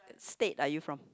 state are you from